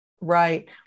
Right